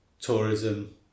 tourism